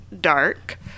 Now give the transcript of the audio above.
dark